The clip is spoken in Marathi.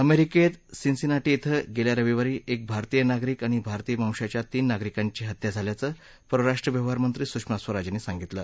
अमेरिकेत सिनसिनाटी ब्रें गेल्या रविवारी एक भारतीय नागरिक आणि भारतीय वंशाच्या तीन नागरिकांची हत्या झाल्याचं परराष्ट्र व्यवहारमंत्री सुषमा स्वराज यांनी सांगितलं